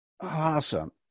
Awesome